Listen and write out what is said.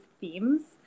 themes